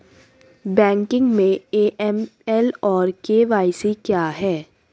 Banking में AML और KYC क्या हैं?